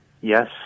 Yes